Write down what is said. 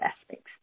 aspects